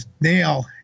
nail